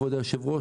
כבוד היו"ר,